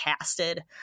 casted